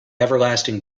everlasting